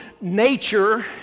nature